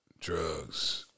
Drugs